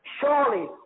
Surely